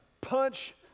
punch